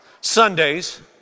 Sundays